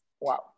wow